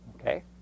Okay